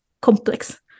complex